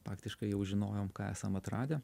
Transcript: praktiškai jau žinojom ką esam atradę